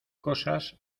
cosas